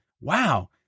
Wow